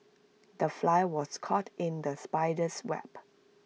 the fly was caught in the spider's web